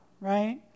right